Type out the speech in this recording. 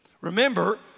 Remember